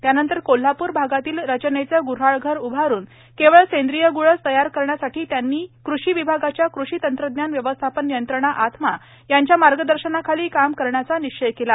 त्यानंतर कोल्हापूर भागातील रचनेचे ग्र्न्हाळघर उभारून केवळ सेंद्रिय ग्रळच तयार करण्यासाठी त्यांनी कृषी विभागाच्या कृषी तंत्रज्ञान व्यवस्थापन यंत्रणा आत्मा यांच्या मार्गदर्शनाखाली काम करण्याचा निश्चय केला